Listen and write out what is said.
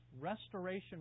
restoration